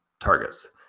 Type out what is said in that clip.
targets